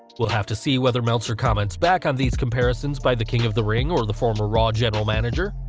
we'll have to see whether meltzer comments back on these comparrisons by the king of the ring or the former raw general manager,